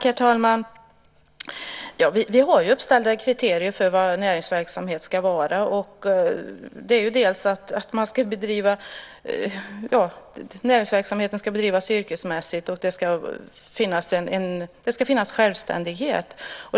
Herr talman! Vi har uppställda kriterier för vad näringsverksamhet ska vara. Det är dels att näringsverksamheten ska bedrivas yrkesmässigt, dels att det ska finnas självständighet.